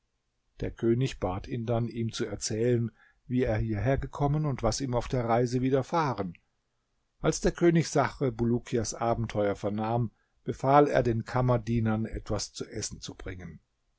der könig bat ihn dann ihm zu erzählen wie er hierher gekommen und was ihm auf der reise widerfahren als der könig sachr bulukias abenteuer vernahm befahl er den kammerdienern etwas zu essen zu bringen